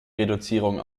reduzierung